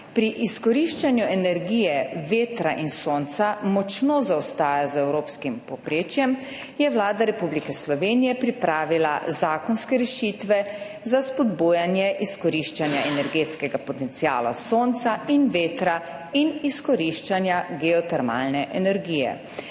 pri izkoriščanju energije vetra in sonca močno zaostaja za evropskim povprečjem, je Vlada Republike Slovenije pripravila zakonske rešitve za spodbujanje izkoriščanja energetskega potenciala sonca in vetra in izkoriščanja geotermalne energije.